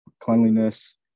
cleanliness